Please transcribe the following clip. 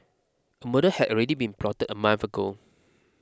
a murder had already been plotted a month ago